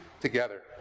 together